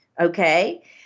okay